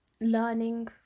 learning